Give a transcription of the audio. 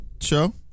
show